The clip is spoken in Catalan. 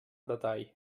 detall